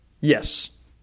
Yes